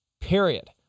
period